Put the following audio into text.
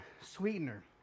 sweetener